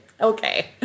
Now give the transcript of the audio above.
okay